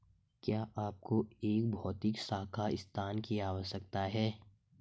क्या आपको एक भौतिक शाखा स्थान की आवश्यकता है?